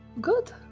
Good